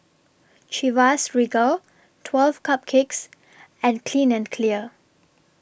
Chivas Regal twelve Cupcakes and Clean and Clear